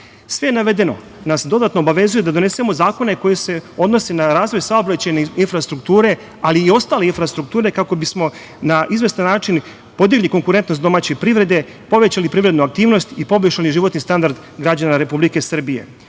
Sve navedeno nas dodatno obavezuje da donesemo zakone koji se odnose na razvoj saobraćajne infrastrukture, ali i ostale infrastrukture, kako bismo na izvestan način podigli konkurentnost domaće privrede, povećali privrednu aktivnost i poboljšali životni standard građana Republike Srbije. Ja